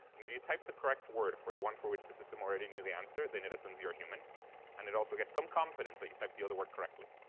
and if you type the correct word for the one for which the system already knew the answer, then it assumes you're a human and it also gets some confidence that you typed the other word correctly.